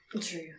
True